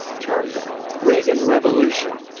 termed the reagan revolution,